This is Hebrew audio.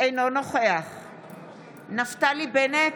אינו נוכח נפתלי בנט,